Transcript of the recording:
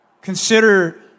Consider